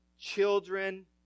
children